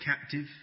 captive